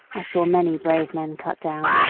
i saw many brave men cut down,